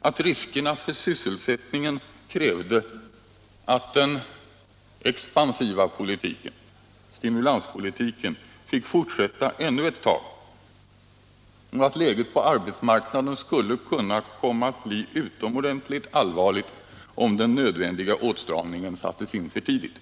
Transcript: att riskerna för sysselsättningen krävde att den expansiva politiken, stimulanspolitiken, skulle få fortsätta ännu ett tag och att läget på arbetsmarknaden skulle kunna bli utomordentligt allvarligt, om den nödvändiga åtstramningen sattes in för tidigt.